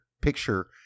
picture